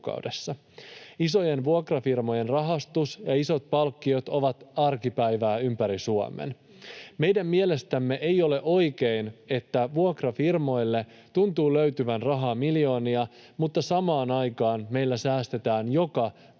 Isojen vuokrafirmojen rahastus ja isot palkkiot ovat arkipäivää ympäri Suomen. Meidän mielestämme ei ole oikein, että vuokrafirmoille tuntuu löytyvän rahaa miljoonia mutta samaan aikaan meillä säästetään joka